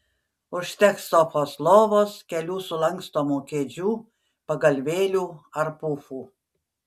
užteks sofos lovos kelių sulankstomų kėdžių pagalvėlių ar pufų